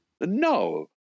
no